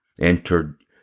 entered